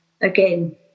again